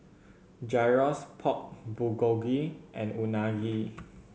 Gyros Pork Bulgogi and Unagi